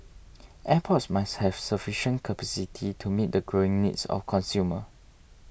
airports must have sufficient capacity to meet the growing needs of consumer